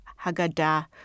Haggadah